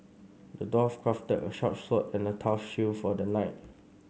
the dwarf crafted a sharp sword and a tough shield for the knight